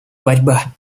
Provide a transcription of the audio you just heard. борьба